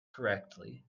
correctly